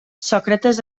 sòcrates